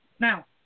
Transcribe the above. Now